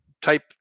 type